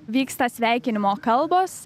vyksta sveikinimo kalbos